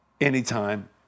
anytime